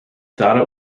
thought